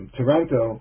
Toronto